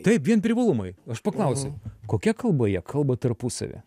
taip vien privalumai aš paklausiau kokia kalba jie kalba tarpusavy